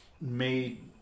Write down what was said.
made